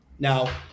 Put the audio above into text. Now